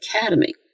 academy